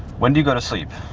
when do you go to sleep?